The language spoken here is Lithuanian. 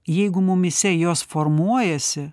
jeigu mumyse jos formuojasi